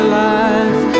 life